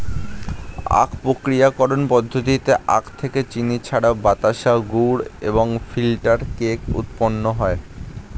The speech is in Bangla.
আখ প্রক্রিয়াকরণ পদ্ধতিতে আখ থেকে চিনি ছাড়াও বাতাসা, গুড় এবং ফিল্টার কেক উৎপন্ন হয়